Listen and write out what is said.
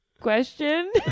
question